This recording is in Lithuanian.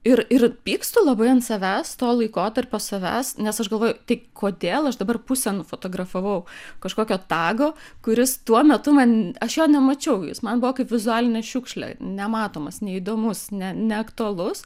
ir ir pykstu labai ant savęs to laikotarpio savęs nes aš galvojau tai kodėl aš dabar pusę nufotografavau kažkokio tago kuris tuo metu man aš jo nemačiau jis man buvo kaip vizualinė šiukšlė nematomas neįdomus ne neaktualus